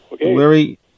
Larry